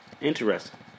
Interesting